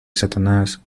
satanás